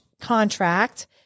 contract